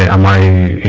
ah my